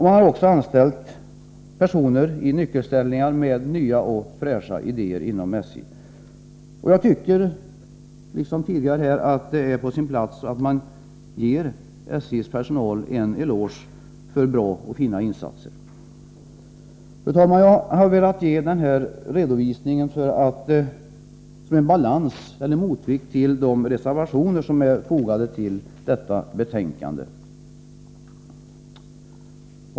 Man har också anställt personer med nya och fräscha idéer i nyckelställningar inom SJ. Jag tycker liksom tidigare att det är på sin plats att ge SJ:s personal en eloge för bra och fina insatser. Fru talman! Jag har velat göra denna redovisning som en balans eller en motvikt till de reservationer som är fogade till detta betänkande.